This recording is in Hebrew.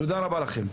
תודה רבה לכם.